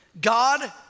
God